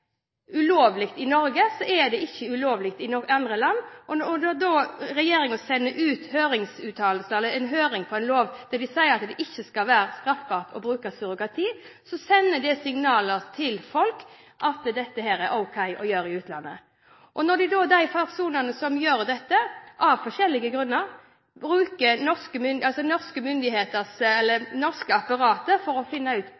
ulovlig i Norge, er det ikke ulovlig i enkelte andre land. Når regjeringen sender en lov ut på høring der de sier at det ikke skal være straffbart å bruke surrogati, sender det signaler til folk om at dette er ok å gjøre i utlandet. Når de personene som gjør dette – av forskjellige grunner – bruker det norske